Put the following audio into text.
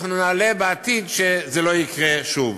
אנחנו נעלה על כך בעתיד וזה לא יקרה שוב.